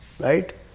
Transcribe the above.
right